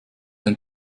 ein